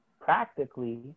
practically